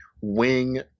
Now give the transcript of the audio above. wing